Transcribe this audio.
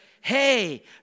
hey